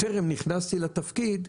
טרם כניסתי לתפקיד,